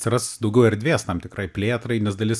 atsiras daugiau erdvės tam tikrai plėtrai nes dalis